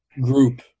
group